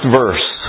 verse